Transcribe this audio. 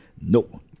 No